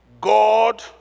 God